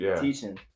teaching